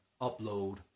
upload